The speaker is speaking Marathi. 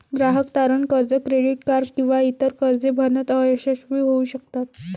ग्राहक तारण कर्ज, क्रेडिट कार्ड किंवा इतर कर्जे भरण्यात अयशस्वी होऊ शकतात